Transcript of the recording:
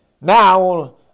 Now